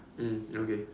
mm okay